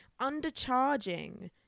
Undercharging